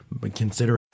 consider